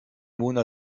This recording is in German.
mona